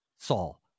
Saul